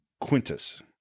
Quintus